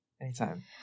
anytime